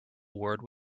word